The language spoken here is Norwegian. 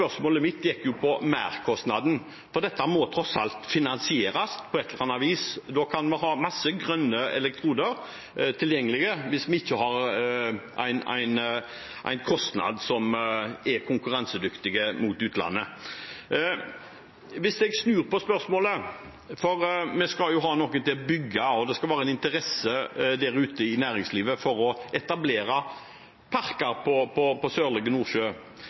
Spørsmålet mitt gikk på merkostnaden, for dette må tross alt finansieres på et eller annet vis. Da kan vi ha en masse grønne elektroder tilgjengelig – hvis vi ikke har en kostnad som er konkurransedyktig overfor utlandet. Hvis jeg snur på spørsmålet, for vi skal jo ha noen til å bygge, og det skal være en interesse der ute i næringslivet for å etablere parker på Sørlige Nordsjø: